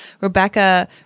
Rebecca